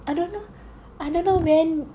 I don't know I don't know when